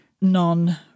non